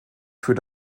für